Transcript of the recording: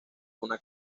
una